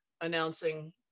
announcing